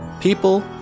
people